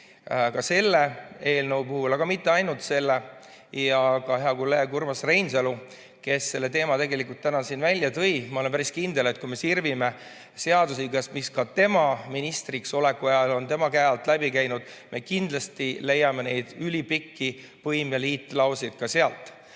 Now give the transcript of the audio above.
ka selle eelnõu puhul, ja mitte ainult selle puhul. Hea kolleeg Urmas Reinsalu selle teema täna siin välja tõi. Ma olen päris kindel, et kui me sirvime seadusi, mis tema ministriks oleku ajal tema käe alt läbi käisid, me kindlasti leiame neid ülipikki põim‑ ja liitlauseid ka sealt.